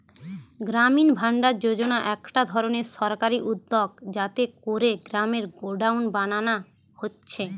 গ্রামীণ ভাণ্ডার যোজনা একটা ধরণের সরকারি উদ্যগ যাতে কোরে গ্রামে গোডাউন বানানা হচ্ছে